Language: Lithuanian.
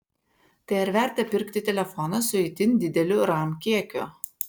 tai ar verta pirkti telefoną su itin dideliu ram kiekiu